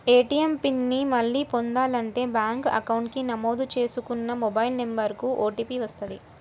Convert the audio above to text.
ATM PIN ని మళ్ళీ పొందాలంటే బ్యేంకు అకౌంట్ కి నమోదు చేసుకున్న మొబైల్ నెంబర్ కు ఓటీపీ వస్తది